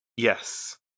Yes